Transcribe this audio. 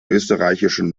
österreichischen